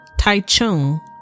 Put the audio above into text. Taichung